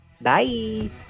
Bye